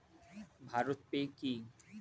Bharat pay কি?